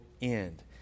end